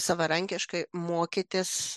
savarankiškai mokytis